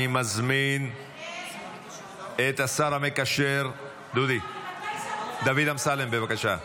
אני מזמין את השר המקשר דודי, דוד אמסלם, בבקשה.